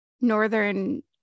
northern